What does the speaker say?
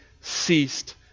ceased